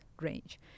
range